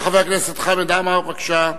חבר הכנסת חמד עמאר, בבקשה.